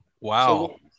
Wow